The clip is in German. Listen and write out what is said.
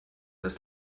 ist